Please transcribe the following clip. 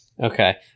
Okay